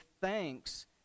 thanks